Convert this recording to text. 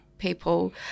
people